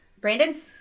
Brandon